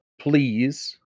please